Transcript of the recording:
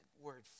word